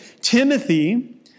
Timothy